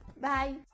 Bye